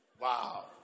Wow